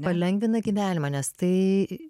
palengvina gyvenimą nes tai